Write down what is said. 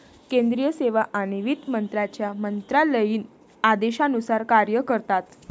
केंद्रीय सेवा आणि वित्त मंत्र्यांच्या मंत्रालयीन आदेशानुसार कार्य करतात